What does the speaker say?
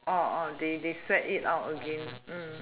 they they sweat it out again